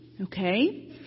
Okay